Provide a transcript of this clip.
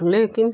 लेकिन